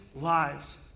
lives